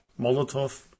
Molotov